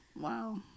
Wow